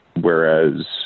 Whereas